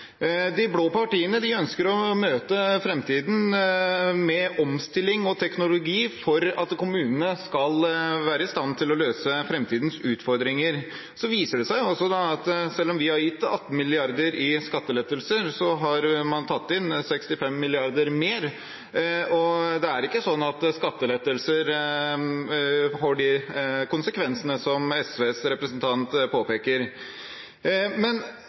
De blå partiene ønsker å møte framtiden med omstilling og teknologi for at kommunene skal være i stand til å løse framtidens utfordringer. Så viser det seg at selv om vi har gitt 18 mrd. kr i skattelettelser, så har man tatt inn 65 mrd. kr mer. Og det er ikke sånn at skattelettelser får de konsekvensene som SVs representant påpeker. Men